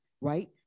right